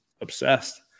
obsessed